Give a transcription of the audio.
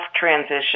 transition